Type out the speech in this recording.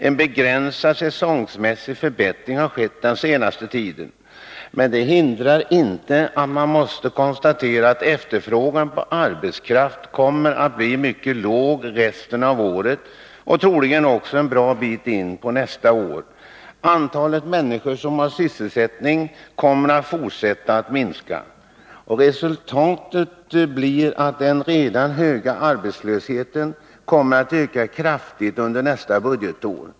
En begränsad säsongmässig förbättring har skett den senaste tiden, men det hindrar inte att man måste konstatera att efterfrågan på arbetskraft kommer att bli mycket låg under resten av året och troligen också en bra bit in på nästa år. Antalet människor som har sysselsättning kommer att fortsätta att minska. Resultatet blir att den redan höga arbetslösheten kommer att öka kraftigt under nästa budgetår.